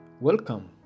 Welcome